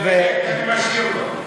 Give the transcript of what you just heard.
אני משאיר לו.